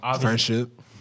Friendship